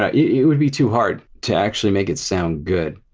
ah it would be too hard to actually make it sound good.